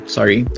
Sorry